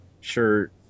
shirt